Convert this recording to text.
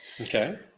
okay